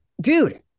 dude